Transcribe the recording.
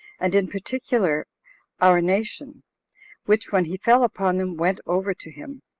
and in particular our nation which when he fell upon them, went over to him.